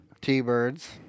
T-birds